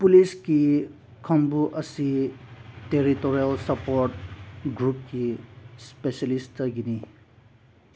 ꯄꯨꯂꯤꯁꯀꯤ ꯀꯥꯡꯕꯨ ꯑꯁꯤ ꯇꯦꯔꯤꯇꯣꯔꯦꯜ ꯁꯞꯄꯣꯔꯠ ꯒ꯭ꯔꯨꯞꯀꯤ ꯏꯁꯄꯦꯁꯦꯂꯤꯁꯇꯒꯤꯅꯤ